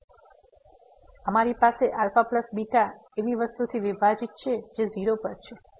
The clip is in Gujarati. તેથી અમારી પાસે α β એવી વસ્તુથી વિભાજીત છે જે 0 પર છે